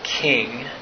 king